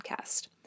Podcast